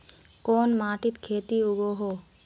कोन माटित खेती उगोहो?